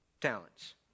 talents